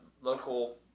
local